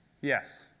Yes